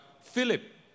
Philip